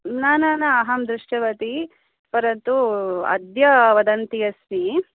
न न न अहं दृष्टवती परन्तु अद्य वदन्ती अस्मि